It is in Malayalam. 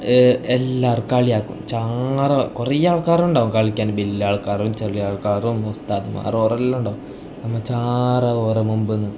എല്ലാവരും കളിയാക്കും ചാറ കുറേ ആൾക്കാർ ഉണ്ടാവും കളിക്കാൻ വലിയ ആൾക്കാരും ചെറിയ ആൾക്കാരും ഉസ്താദ്മാരും ഓരെല്ലാം ഉണ്ടാവും നമ്മ ചറപറാ മുമ്പിൽ നിന്ന്